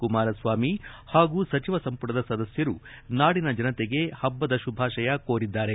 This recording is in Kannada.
ಕುಮಾರಸ್ವಾಮಿ ಹಾಗೂ ಸಚಿವ ಸಂಪುಟದ ಸದಸ್ಯರು ನಾಡಿನ ಜನತೆಗೆ ಹಬ್ಬದ ಶುಭಾಶಯ ಕೋರಿದ್ದಾರೆ